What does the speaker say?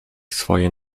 swoje